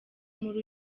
muri